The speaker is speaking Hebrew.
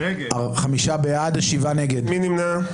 מי נמנע?